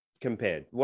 compared